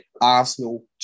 Arsenal